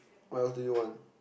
what else do you want